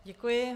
Děkuji.